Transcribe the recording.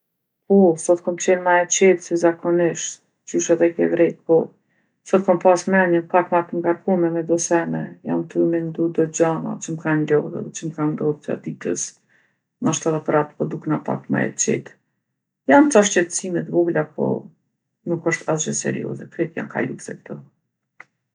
Po sot kom qenë ma e qetë se zakonisht, qysh edhe e ke vrejtë. Po sot kom pas menjën pak ma t'ngarkume me do sene, jam tu i mendu do gjana që m'kanë lodhë edhe që m'kanë ndodhë gjatë ditës. Nashta edhe për atë po dukna pak ma e qetë. Janë ca shqetsime t'vogla po nuk osht asgjë serioze, krejt janë kaluse kto.